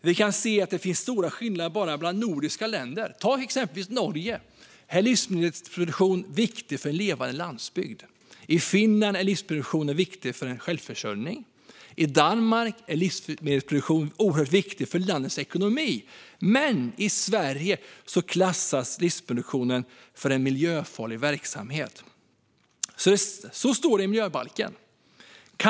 Vi kan se att det finns stora skillnader bara bland de nordiska länderna. I exempelvis Norge är livsmedelsproduktionen viktig för en levande landsbygd. I Finland är livsmedelsproduktionen viktig för självförsörjningen. I Danmark är livsmedelsproduktionen oerhört viktig för landets ekonomi. Men i Sverige klassas livsmedelsproduktion som en miljöfarlig verksamhet. Så står det i miljöbalken.